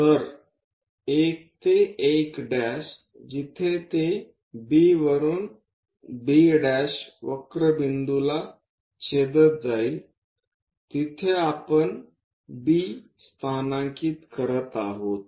तर 1 ते 1 जिथे ते B वरुन B वक्र बिंदूला छेदत जाईल तिथे आपण B स्थानांकित करत आहोत